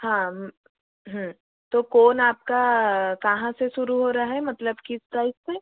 हाँ तो कोन आपका कहाँ से शुरू हो रहा है मतलब किस टाइप से